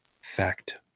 fact